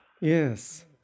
Yes